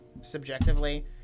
subjectively